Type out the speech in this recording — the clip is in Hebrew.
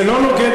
זה לא נוגד.